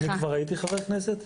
אני כבר הייתי חבר כנסת?